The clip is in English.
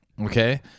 okay